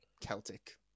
Celtic